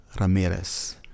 Ramirez